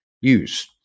use